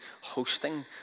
hosting